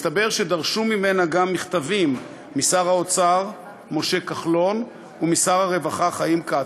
מסתבר שדרשו ממנה גם מכתבים משר האוצר משה כחלון ומשר הרווחה חיים כץ,